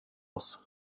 oss